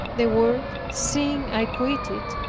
the world, seeing i quit it,